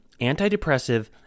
antidepressive